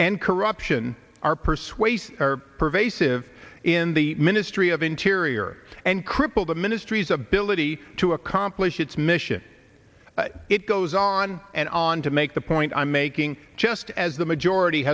and corruption are persuasive are pervasive in the ministry of interior and cripple the ministries ability to accomplish its mission it goes on and on to make the point i'm making just as the majority